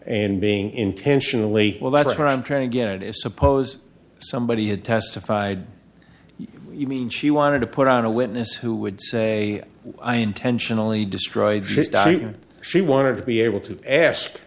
and being intentionally well that's what i'm trying to get is suppose somebody had testified you mean she wanted to put on a witness who would say i intentionally destroyed just as she wanted to be able to ask